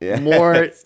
more